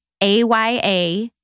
AYA